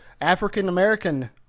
African-American